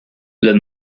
los